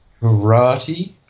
karate